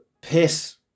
piss